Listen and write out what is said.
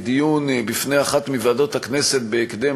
לדיון בפני אחת מוועדות הכנסת בהקדם,